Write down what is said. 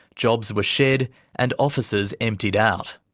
jobs were shed and offices emptied out.